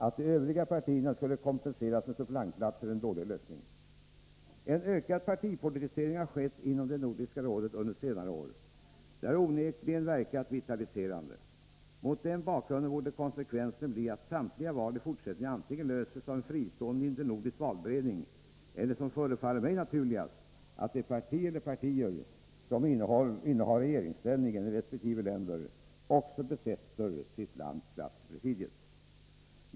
Att låta de övriga partierna kompenseras med suppleantplatser är en dålig lösning. En ökad partipolitisering har skett inom Nordiska rådet under senare år. Detta har onekligen verkat vitaliserande. Mot den bakgrunden borde konsekvensen bli antingen att samtliga val i fortsättningen handhas av en fristående internordisk valberedning eller — som förefaller mig naturligast — att det parti eller de partier som innehar regeringsställningen i resp. länder också besätter sitt lands plats i presidiet.